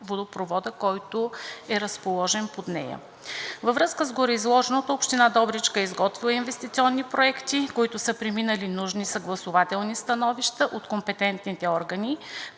водопровода, който е разположен под нея. Във връзка с гореизложеното община Добричка е изготвила инвестиционни проекти, които са преминали нужни съгласувателни становище от компетентните органи,